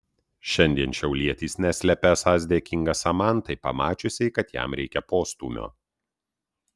šiandien šiaulietis neslepia esąs dėkingas samantai pamačiusiai kad jam reikia postūmio